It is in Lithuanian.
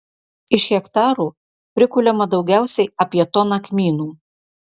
iš hektaro prikuliama daugiausiai apie toną kmynų